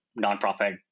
nonprofit